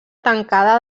tancada